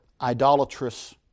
idolatrous